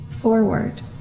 forward